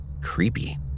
creepy